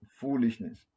foolishness